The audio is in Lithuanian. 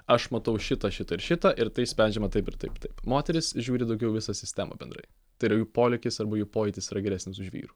aš matau šitą šitą ir šitą ir tai sprendžiama taip ir taip taip moterys žiūri daugiau į visą sistemą bendrai tai yra jų polėkis arba jų pojūtis yra geresnis už vyrų